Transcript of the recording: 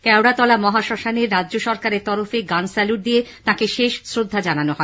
কেওড়াতলা মহাশ্মশানে রাজ্য সরকারের তরফে গান স্যালুট দিয়ে তাঁকে শেষ শ্রদ্ধা জানানো হয়